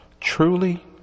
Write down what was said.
truly